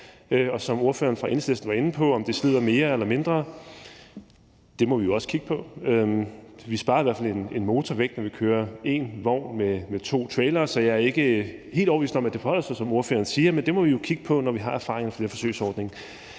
som ordføreren for Enhedslisten var inde på, i forhold til om det slider mere eller mindre, er det jo også noget, vi må kigge på. Vi sparer i hvert fald en motor væk, når man kører en vogn med to trailere, så jeg er ikke helt sikker på, at det forholder sig, som ordføreren siger, men det må vi jo kigge på, når vi har erfaringerne fra den her forsøgsordning.